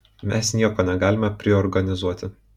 mes nieko negalime priorganizuoti